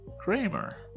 Kramer